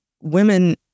women